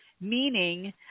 meaning